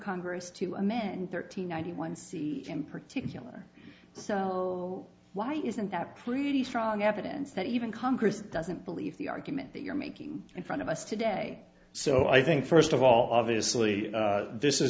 congress to amend thirteen ninety one c m particular so why isn't that pretty strong evidence that even congress doesn't believe the argument that you're making in front of us today so i think first of all obviously this